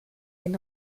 den